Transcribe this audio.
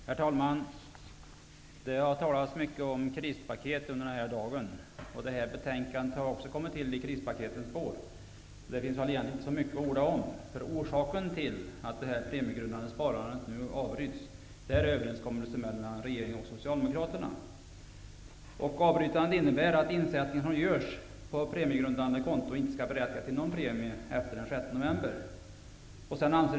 Herr talman! Det har talats mycket om krispaket under dagen, och detta betänkande har också kommit till i krispaketens spår. Det finns egentligen inte så mycket att orda om det. Orsaken till att det premiegrundande sparandet nu avbryts är överenskommelsen mellan regeringen och Socialdemokraterna. Avbrytandet innebär att insättning som görs på premiegrundande konto inte skall berättiga till någon premie efter den 6 november.